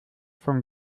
von